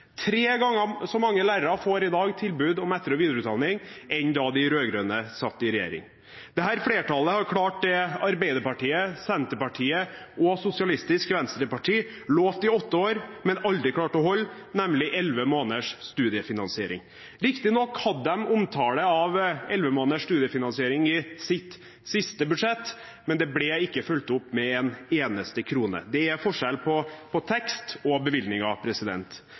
Tre ganger så mange lærere får i dag tilbud om etter- og videreutdanning som da de rød-grønne satt i regjering. Dette flertallet har klart det Arbeiderpartiet, Senterpartiet og Sosialistisk Venstreparti lovte i åtte år, men aldri klarte å holde, nemlig elleve måneders studiefinansiering. Riktig nok hadde de omtale av elleve måneders studiefinansiering i sitt siste budsjett, men det ble ikke fulgt opp med en eneste krone. Det er forskjell på tekst og bevilgninger.